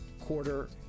quarter